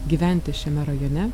gyventi šiame rajone